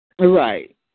right